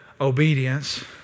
Obedience